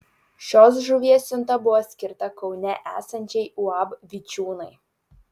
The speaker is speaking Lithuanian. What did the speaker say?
šios žuvies siunta buvo skirta kaune esančiai uab vičiūnai